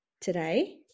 today